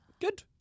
Good